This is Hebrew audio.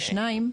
ושניים,